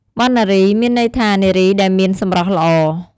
វណ្ណារី មានន័យថានារីដែលមានសម្រស់ល្អ។